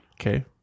Okay